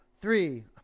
three